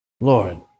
Lord